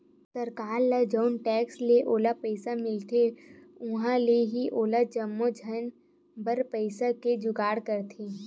सरकार ल जउन टेक्स ले ओला पइसा मिलथे उहाँ ले ही ओहा जम्मो झन बर पइसा के जुगाड़ करथे